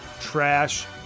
trash